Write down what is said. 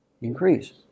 Increase